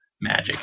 magic